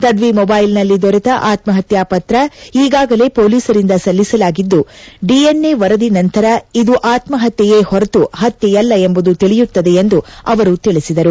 ತದ್ವಿ ಮೊಬೈಲ್ನಲ್ಲಿ ದೊರೆತ ಆತ್ಮಪತ್ಯಾ ಪಕ್ರ ಈಗಾಗಲೇ ಪೊಲೀಸರಿಂದ ಸಲ್ಲಿಸಲಾಗಿದ್ದು ಡಿಎನ್ಎ ವರದಿ ನಂತರ ಇದು ಆತ್ಮಪತ್ಯೆ ಹೊರತು ಪತ್ಯೆಯಲ್ಲ ಎಂಬುದು ತಿಳಿಯುತ್ತದೆ ಎಂದು ಅವರು ಮಾಹಿತಿ ನೀಡಿದರು